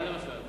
מה למשל?